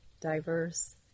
diverse